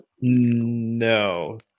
No